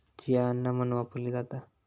chia अन्न म्हणून वापरली जाता